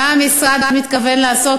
3. מה מתכוון המשרד לעשות,